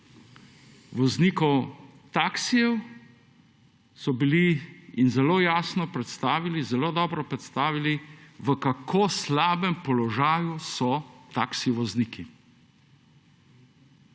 voznikov taksijev so bili in zelo jasno predstavili, zelo dobro predstavili v kako slabem položaju so taksi vozniki.